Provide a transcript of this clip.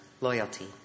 loyalty